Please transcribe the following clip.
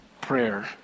prayer